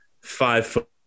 five-foot